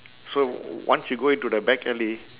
so once you go into the back alley